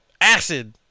acid